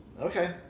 Okay